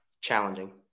Challenging